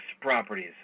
properties